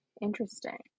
Interesting